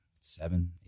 seven